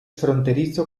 fronterizo